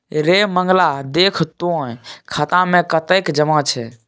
रे मंगला देख तँ खाता मे कतेक जमा छै